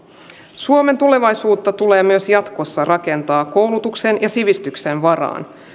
suomen tulevaisuutta tulee myös jatkossa rakentaa koulutuksen ja sivistyksen varaan